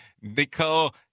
Nicole